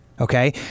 Okay